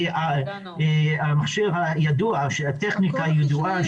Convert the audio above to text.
נעבור לקריאה של התקנות.